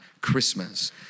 Christmas